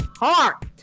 heart